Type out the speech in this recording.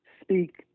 speak